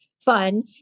fun